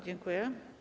Dziękuję.